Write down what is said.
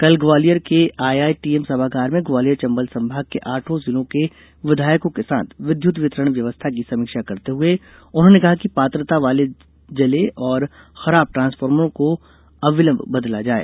कल ग्वालियर के आईआईटीएम सभागार में ग्वालियर चंबल सभाग के आठों जिलों के विधायकों के साथ विद्युत वितरण व्यवस्था की समीक्षा करते हुए उन्होंने कहा कि पात्रता वाले जले और खराब ट्रांसफार्मरों को अविलम्ब बदला जाए